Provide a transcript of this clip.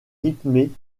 rythmée